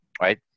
right